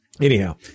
Anyhow